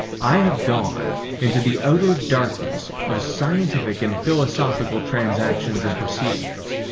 i have gone into the outer darkness of scientific and philosophical transactions and proceedings,